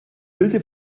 wilde